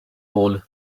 all